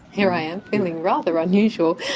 here i am feeling rather unusual.